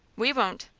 we won't.